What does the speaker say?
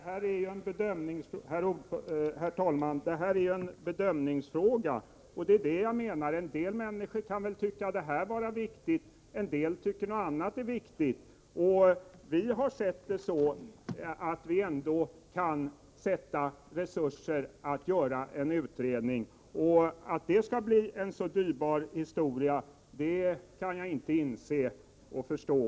Herr talman! Detta är en bedömningsfråga. En del människor tycker att denna sak är viktig, medan en del tycker att något annat är viktigt. Vi anser att det finns resurser för en utredning. Att den skulle bli så dyrbar, kan jag inte förstå.